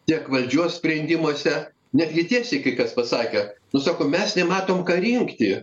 tiek valdžios sprendimuose netgi tiesiai kai kas pasakė nu sako mes nematom ką rinkti